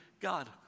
God